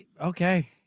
Okay